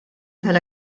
tal